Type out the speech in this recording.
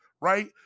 right